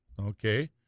Okay